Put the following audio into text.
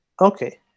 okay